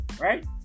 right